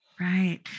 right